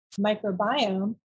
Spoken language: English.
microbiome